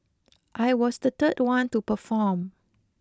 I was the third one to perform